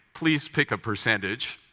please pick a percentage.